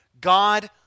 God